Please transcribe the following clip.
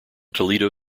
toledo